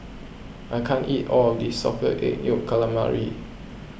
I can't eat all of this Salted Egg Yolk Calamari